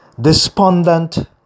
despondent